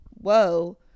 whoa